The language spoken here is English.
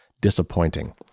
disappointing